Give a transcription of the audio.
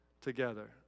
together